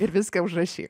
ir viską užrašyk